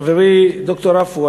חברי ד"ר עפו,